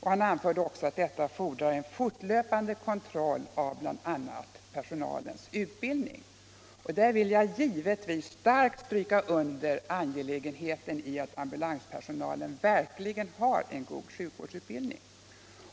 Han anförde också: ”Det fordras här en fortlöpande kontroll av ”- bl.a. —- ”personalens utbildning.” Jag vill givetvis starkt stryka under angelägenheten i att ambulanspersonalen verkligen har god sjukvårdsutbildning.